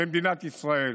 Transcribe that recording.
במדינת ישראל.